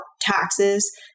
taxes